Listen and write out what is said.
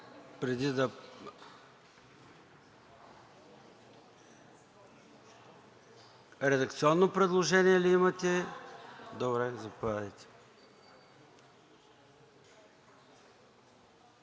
ЦОНЕВ: Редакционно предложение ли имате? Добре, заповядайте,